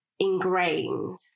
ingrained